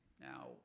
Now